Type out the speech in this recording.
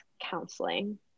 counseling